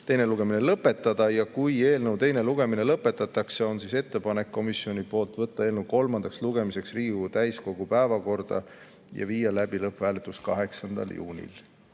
teine lugemine lõpetada ja kui eelnõu teine lugemine lõpetatakse, on komisjonil ettepanek võtta eelnõu kolmandaks lugemiseks Riigikogu täiskogu päevakorda ja viia läbi lõpphääletus 8. juunil.